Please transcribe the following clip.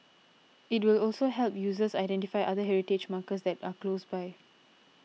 it will also help users identify other heritage markers that are close by